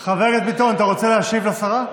ביטון, אתה רוצה להשיב לשרה?